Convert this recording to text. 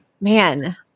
man